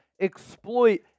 exploit